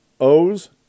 O's